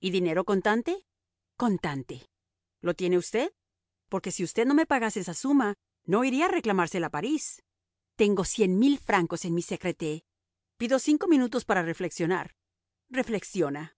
y dinero contante contante lo tiene usted porque si usted no me pagase esa suma no iría a reclamársela a parís tengo cien mil francos en mi secreter pido cinco minutos para reflexionar reflexiona